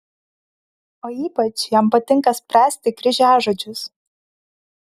o ypač jam patinka spręsti kryžiažodžius